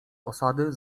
osady